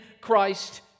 Christ